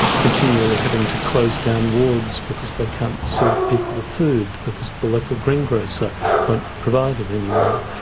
continually having to close down wards because they can't serve people food, because the local greengrocer won't provide it any more.